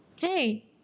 hey